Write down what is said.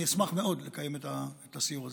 אני אשמח מאוד לקיים את הסיור הזה.